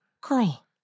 Girl